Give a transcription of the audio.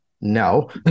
no